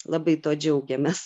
labai tuo džiaugiamės